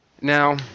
Now